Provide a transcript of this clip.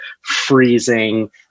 freezing